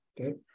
okay